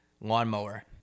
lawnmower